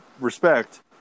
respect